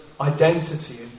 identity